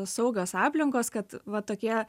saugios aplinkos kad va tokie